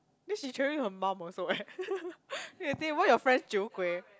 then she travelling with her mom also eh then they think why your friends 酒鬼